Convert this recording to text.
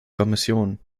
kommission